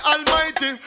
Almighty